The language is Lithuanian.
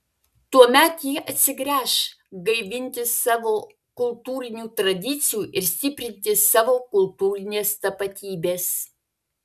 tuomet jie atsigręš gaivinti savo kultūrinių tradicijų ir stiprinti savo kultūrinės tapatybės